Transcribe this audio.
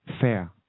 fair